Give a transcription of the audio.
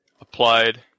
applied